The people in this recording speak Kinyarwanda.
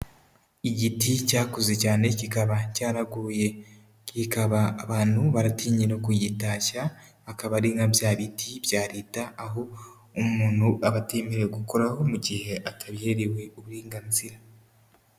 Igiti cyakuze cyane kikaba cyaraguye, kikaba abantu baratinye no kugitashya, akaba ari nka bya biti bya leta, aho umuntu aba atemerewe gukoraho mu gihe atabiherewe uburenganzira.